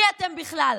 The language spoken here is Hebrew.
מי אתם בכלל?